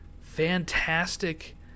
fantastic